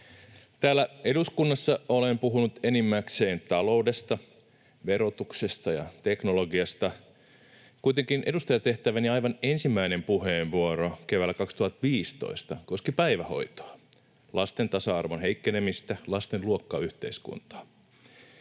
Täällä eduskunnassa olen puhunut enimmäkseen taloudesta, verotuksesta ja teknologiasta. Kuitenkin edustajatehtäväni aivan ensimmäinen puheenvuoro keväällä 2015 koski päivähoitoa, lasten tasa-arvon heikkenemistä, lasten luokkayhteiskuntaa,